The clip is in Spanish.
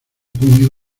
puño